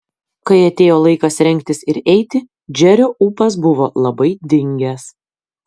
kai atėjo laikas rengtis ir eiti džerio ūpas buvo labai dingęs